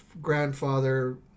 grandfather